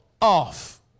off